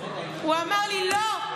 והוא אמר לי: לא,